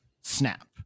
Snap